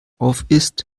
aufisst